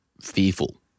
fearful